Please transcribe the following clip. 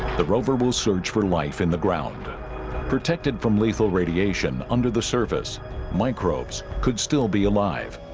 the rover will search for life in the ground protected from lethal radiation under the surface microbes could still be alive